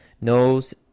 knows